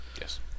Yes